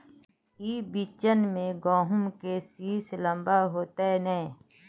ई बिचन में गहुम के सीस लम्बा होते नय?